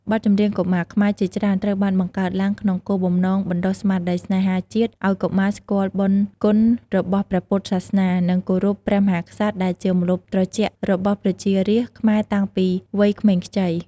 បទចម្រៀងកុមារខ្មែរជាច្រើនត្រូវបានបង្កើតឡើងក្នុងគោលបំណងបណ្ដុះស្មារតីស្នេហាជាតិ ឲ្យកុមារស្គាល់បុណ្យគុណរបស់ព្រះពុទ្ធសាសនា និងគោរពព្រះមហាក្សត្រដែលជាម្លប់ត្រជាក់របស់ប្រជារាស្ត្រខ្មែរតាំងពីវ័យក្មេងខ្ចី។